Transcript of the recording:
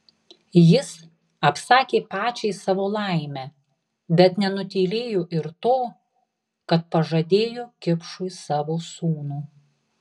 jis apsakė pačiai savo laimę bet nenutylėjo ir to kad pažadėjo kipšui savo sūnų